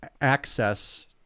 access